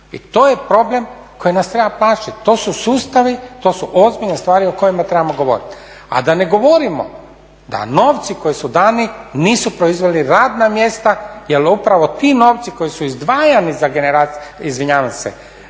i to je problem koji nas treba plašit, to su sustavi, to su ozbiljne stvari o kojima trebamo govorit. A da ne govorimo da novci koji su dani nisu proizveli radna mjesta jer upravo ti novci koji su izdvajani za drugi mirovinski